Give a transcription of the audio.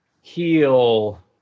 heal